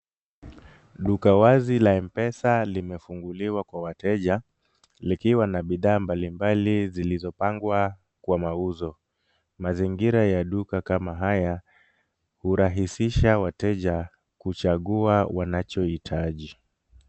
Duka wazi la mpesa limefunguliwa kwa wateja, likiwa na bidhaa mbalimbali zilizopangwa kwa mauzo. Mazingira ya duka kama haya, hurahisisha wateja kuchagua wanachohitaji.